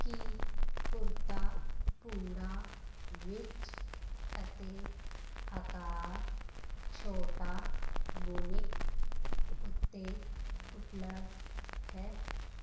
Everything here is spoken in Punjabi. ਕੀ ਕੁਰਤਾ ਭੂਰਾ ਵਿੱਚ ਅਤੇ ਅਕਾਰ ਛੋਟਾ ਵੂਨਿਕ ਉੱਤੇ ਉਪਲਬਧ ਹੈ